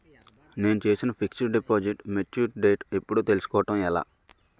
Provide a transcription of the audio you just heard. నేను చేసిన fixed deposit mature date ఎప్పుడో తెల్సుకోవడం ఎలా?